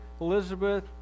Elizabeth